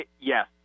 yes